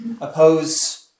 Oppose